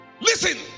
Listen